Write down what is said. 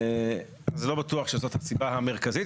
אז לא בטוח שזאת הסיבה המרכזית.